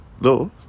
no